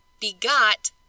begot